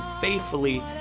faithfully